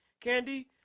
Candy